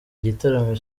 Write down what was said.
gitaramo